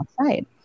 outside